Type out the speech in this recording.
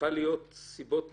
צריכות להיות סיבות מיוחדות,